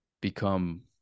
become